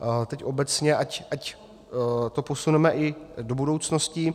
A teď obecně, ať to posuneme i do budoucnosti.